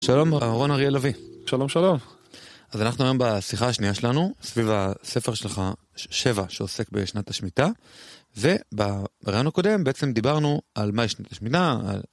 שלום אהרון אריאל אבי. שלום שלום. אז אנחנו היום בשיחה השנייה שלנו סביב הספר שלך, שבע, שעוסק בשנת השמיטה וברעיון הקודם, בעצם דיברנו על מהי שמיטה